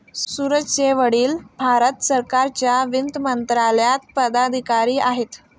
सूरजचे वडील भारत सरकारच्या वित्त मंत्रालयात पदाधिकारी आहेत